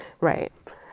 Right